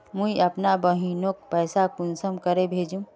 मुई अपना बहिनोक पैसा कुंसम के भेजुम?